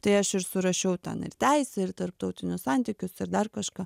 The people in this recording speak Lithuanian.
tai aš ir surašiau ten ir teisę ir tarptautinius santykius ir dar kažką